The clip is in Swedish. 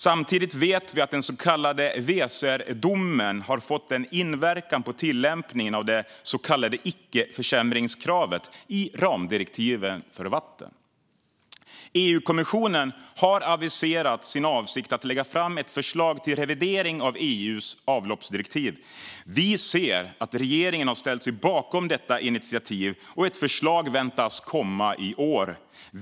Samtidigt vet vi att den så kallade Weserdomen har fått en inverkan på tillämpningen av det så kallade icke-försämringskravet i ramdirektivet för vatten. EU-kommissionen har aviserat sin avsikt att lägga fram ett förslag till revidering av EU:s avloppsdirektiv. Vi ser att regeringen har ställt sig bakom detta initiativ, och ett förslag väntas komma i år.